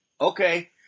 Okay